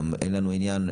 גם אין לנו עניין,